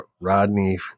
Rodney